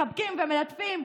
מחבקים ומלטפים,